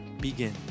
begin